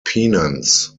penance